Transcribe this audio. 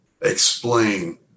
explain